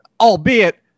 albeit